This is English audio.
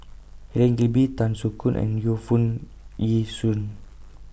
Helen Gilbey Tan Soo Khoon and Yu Foo Yee Shoon